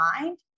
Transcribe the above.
mind